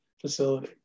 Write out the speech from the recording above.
facility